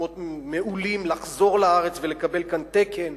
במקומות מעולים לחזור לארץ ולקבל כאן תקן,